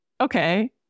okay